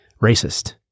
racist